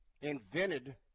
invented